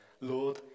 Lord